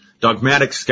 dogmatic